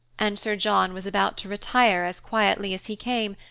and sir john was about to retire as quietly as he came,